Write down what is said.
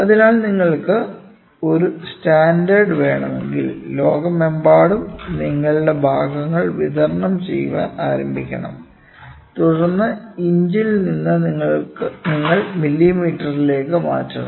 അതിനാൽ നിങ്ങൾക്ക് ഒരു സ്റ്റാൻഡേർഡ് വേണമെങ്കിൽ ലോകമെമ്പാടും നിങ്ങളുടെ ഭാഗങ്ങൾ വിതരണം ചെയ്യാൻ ആരംഭിക്കണം തുടർന്ന് ഇഞ്ചിൽ നിന്ന് നിങ്ങൾ മില്ലിമീറ്ററിലേക്ക് മാറ്റണം